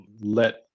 let